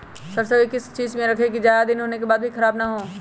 सरसो को किस चीज में रखे की ज्यादा दिन होने के बाद भी ख़राब ना हो?